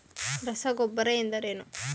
ರಸಗೊಬ್ಬರ ಎಂದರೇನು?